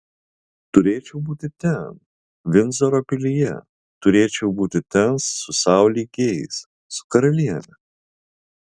turėčiau būti ten vindzoro pilyje turėčiau būti ten su sau lygiais su karaliene